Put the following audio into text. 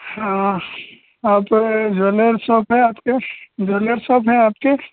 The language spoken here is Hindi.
हाँ आप ज्वेलर शॉप है आपके ज्वेलर शॉप है आपके